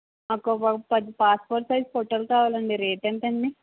మాకు ఒక పది పాస్పోర్ట్ సైజ్ ఫోటోలు కావాలి అండి రేట్ ఎంతండి